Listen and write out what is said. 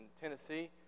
Tennessee